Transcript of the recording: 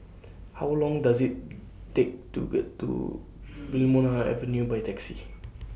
How Long Does IT Take to get to Wilmonar Avenue By Taxi